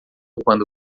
quando